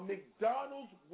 McDonald's